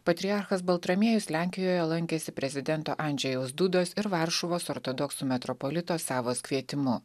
patriarchas baltramiejus lenkijoje lankėsi prezidento andžejaus dudos ir varšuvos ortodoksų metropolito savos kvietimu